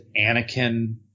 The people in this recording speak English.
anakin